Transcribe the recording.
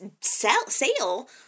sale